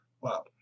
Wow